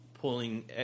pulling